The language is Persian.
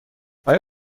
آیا